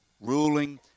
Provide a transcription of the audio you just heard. ruling